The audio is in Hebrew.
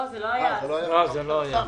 לא, זה לא היה אז.